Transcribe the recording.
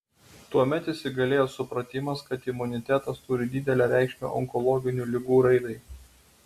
tuomet įsigalėjo supratimas kad imunitetas turi didelę reikšmę onkologinių ligų raidai